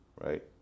right